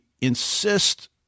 insist